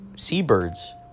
seabirds